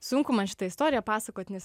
sunku man šitą istoriją pasakot nes